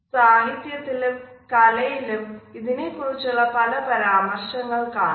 സാഹിത്യത്തിലും കലയിലും ഇതിനെക്കുറിച്ചുള്ള പല പരാമർശങ്ങൾ കാണാം